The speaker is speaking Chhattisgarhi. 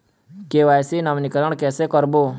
के.वाई.सी नवीनीकरण कैसे करबो?